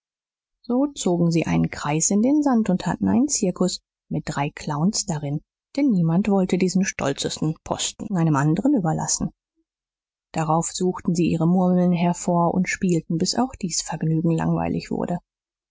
so zogen sie einen kreis in den sand und hatten einen zirkus mit drei clowns darin denn niemand wollte diesen stolzesten posten einem anderen überlassen darauf suchten sie ihre murmeln hervor und spielten bis auch dies vergnügen langweilig wurde